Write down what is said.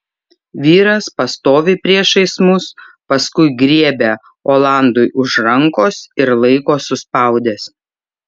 vyras pastovi priešais mus paskui griebia olandui už rankos ir laiko suspaudęs